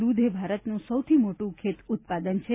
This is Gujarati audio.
દૂધ એ ભારતનો સૌથી મોટું ખેત ઉત્પાદન છે